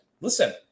listen